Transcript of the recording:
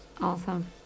Awesome